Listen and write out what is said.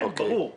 ברור.